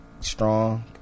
strong